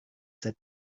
said